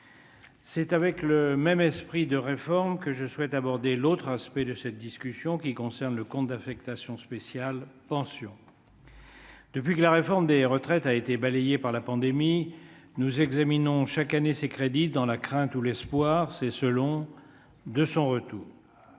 C'est avec le même esprit de réforme que je souhaite aborder l'autre aspect de cette discussion qui concerne le compte d'affectation spéciale Pensions. Depuis que la réforme des retraites a été balayée par la pandémie, nous examinons chaque année ces crédits dans la crainte ou l'espoir, c'est selon, de son retour,